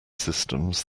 systems